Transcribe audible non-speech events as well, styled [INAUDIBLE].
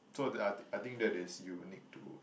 so that [NOISE] I think that is unique too